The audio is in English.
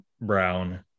brown